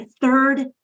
third